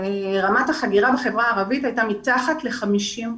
רמת החגירה בחברה הערבית הייתה מתחת ל-50%.